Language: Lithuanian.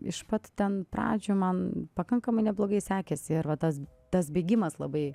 iš pats ten pradžių man pakankamai neblogai sekėsi ir va tas tas bėgimas labai